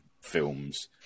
films